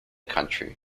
country